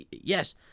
Yes